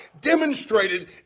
demonstrated